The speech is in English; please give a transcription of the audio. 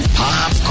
pop